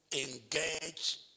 engage